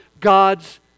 God's